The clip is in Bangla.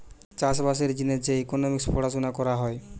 চাষ বাসের জিনে যে ইকোনোমিক্স পড়াশুনা করা হয়